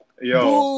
Yo